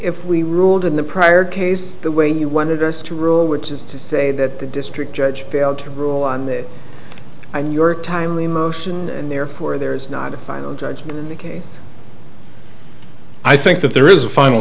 if we ruled in the prior case the way you wanted us to rule which is to say that the district judge failed to rule on the i mean your timely motion and therefore there is not a final judgment in the case i think that there is a final